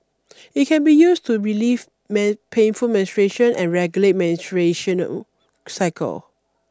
it can be used to relieve man painful menstruation and regulate menstruation cycle